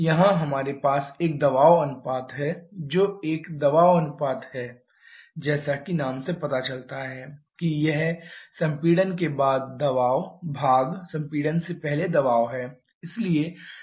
यहां हमारे पास एक दबाव अनुपात है जो एक दबाव अनुपात है जैसा कि नाम से पता चलता है कि यह संपीड़न के बाद दबाव भाग संपीड़न से पहले दबाव है